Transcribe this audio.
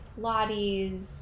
pilates